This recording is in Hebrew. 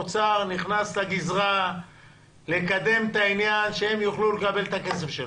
נכנס לגזרה לקדם את העניין כדי שהם יוכלו לקבל את הכסף שלהם?